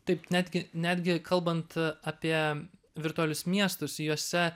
taip netgi netgi kalbant apie virtualius miestus juose